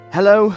Hello